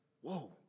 Whoa